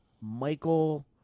Michael